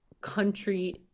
country